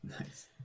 nice